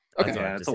okay